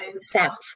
south